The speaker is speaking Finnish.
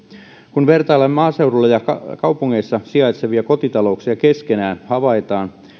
kun vertaillaan maaseudulla ja kaupungeissa sijaitsevia kotitalouksia keskenään havaitaan